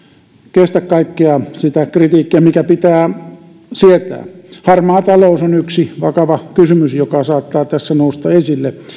kestä kaikkea sitä kritiikkiä mitä pitää sietää harmaa talous on yksi vakava kysymys joka saattaa tässä nousta esille